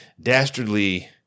dastardly